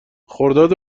خرداد